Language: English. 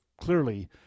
clearly